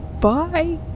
bye